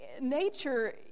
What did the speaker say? nature